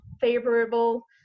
favorable